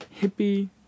Hippie